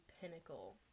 pinnacle